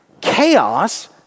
chaos